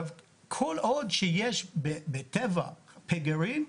כל עוד שיש בטבע פגרים,